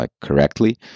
correctly